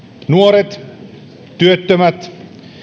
nuoret työttömät